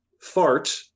fart